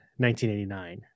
1989